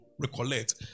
recollect